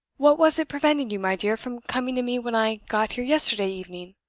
what was it prevented you, my dear, from coming to me when i got here yesterday evening?